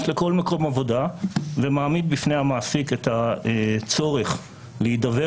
לכול מקום עבודה ומעמיד בפני המעסיק את הצורך להידבר